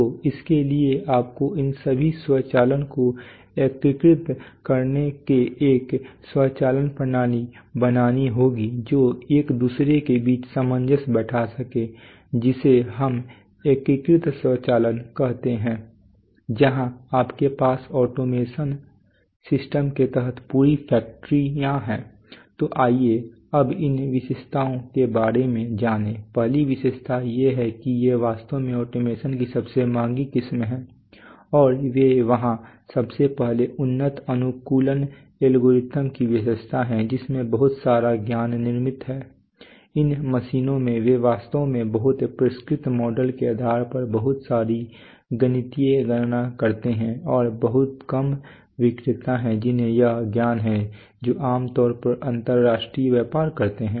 तो इसके लिए आपको इन सभी स्वचालन को एकीकृत करने के एक स्वचालन प्रणाली बनानी होगी जो एक दूसरे के बीच सामंजस्य बैठा सके जिसे हम एकीकृत स्वचालन कहते हैं जहां आपके पास ऑटोमेशन सिस्टम के तहत पूरी फैक्ट्रियां हैं तो आइए अब इन विशेषताएं के बारे में जाने पहली विशेषता ये हैं कि ये वास्तव में ऑटोमेशन की सबसे महंगी किस्म हैं और वे वहां सबसे पहले उन्नत अनुकूलन एल्गोरिदम की विशेषता है जिसमें बहुत सारा ज्ञान निर्मित है इन मशीनों में वे वास्तव में बहुत परिष्कृत मॉडल के आधार पर बहुत सारी गणितीय गणना करते हैं और बहुत कम विक्रेता हैं जिन्हें यह ज्ञान है जो आम तौर पर अंतरराष्ट्रीय व्यापार करते हैं